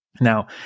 Now